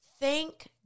thank